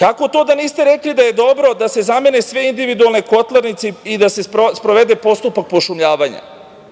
Kako to da niste rekli da je dobro da se zamene sve individualne kotlarnice i da se sprovede postupak pošumljavanja? Ali,